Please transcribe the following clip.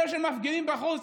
אלה שמפגינים בחוץ,